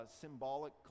symbolic